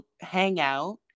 hangout